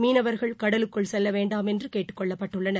மீனவர்கள் கடலுக்குள் செல்லவேண்டாம் என்றுகேட்டுக்கொள்ளப்பட்டுள்ளனர்